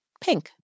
pink